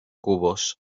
cubos